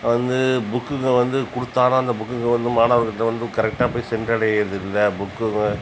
வந்து புக்குங்க வந்து கொடுத்தாலும் அந்த புக்குங்க வந்து மாணவர்கள்கிட்ட வந்து கரெக்டாக போய் சென்றடையிறதில்லை புக்குங்க